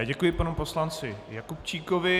Děkuji panu poslanci Jakubčíkovi.